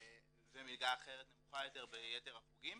ומלגה אחרת, נמוכה יותר ביתר החוגים.